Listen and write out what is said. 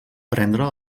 prendre